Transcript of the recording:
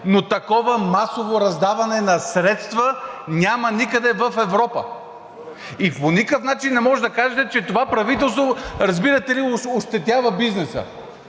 Но такова масово раздаване на средства няма никъде в Европа. И по никакъв начин не можете да кажете, че това правителство, разбирате ли, ощетява бизнеса.